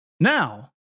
Now